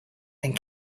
and